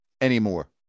anymore